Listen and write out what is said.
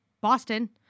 Boston